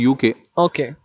Okay